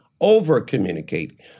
over-communicate